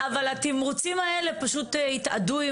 אבל התמרוצים האלה פשוט התאדו,